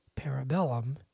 Parabellum